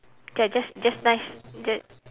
ya just just nice just